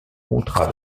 contrat